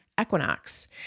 equinox